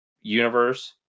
universe